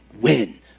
win